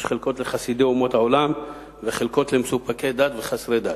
יש חלקות לחסידי אומות העולם וחלקות למסופקי דת ולחסרי דת.